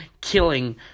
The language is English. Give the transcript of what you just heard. killing